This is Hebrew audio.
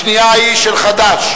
השנייה היא של חד"ש.